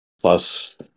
plus